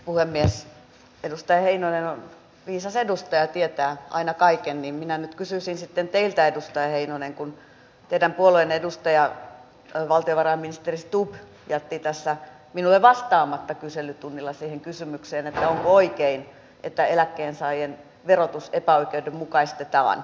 kun edustaja heinonen on viisas edustaja tietää aina kaiken niin minä nyt kysyisin sitten teiltä edustaja heinonen kun teidän puolueenne edustaja valtiovarainministeri stubb jätti minulle vastaamatta kyselytunnilla siihen kysymykseen onko oikein että eläkkeensaajien verotus epäoikeudenmukaistetaan